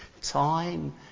time